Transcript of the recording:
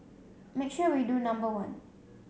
make sure we do number one